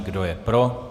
Kdo je pro?